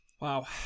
wow